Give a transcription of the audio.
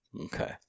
Okay